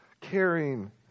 caring